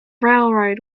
railroad